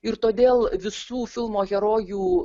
ir todėl visų filmo herojų